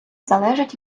залежить